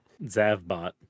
Zavbot